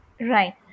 Right